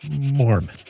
Mormon